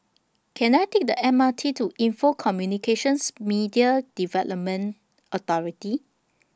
Can I Take The M R T to Info Communications Media Development Authority